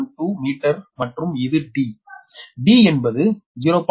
012 metre மற்றும் இது d d என்பது 0